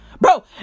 Bro